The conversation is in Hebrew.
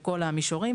בכל המישורים,